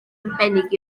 arbennig